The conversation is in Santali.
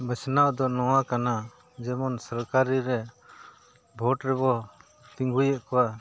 ᱵᱟᱪᱷᱱᱟᱣ ᱫᱚ ᱱᱚᱣᱟ ᱠᱟᱱᱟ ᱡᱮᱢᱚᱱ ᱥᱚᱨᱠᱟᱨᱤ ᱨᱮ ᱵᱷᱳᱴ ᱨᱮᱵᱚᱱ ᱛᱤᱸᱜᱩᱭᱮᱫ ᱠᱚᱣᱟ